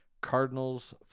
Cardinals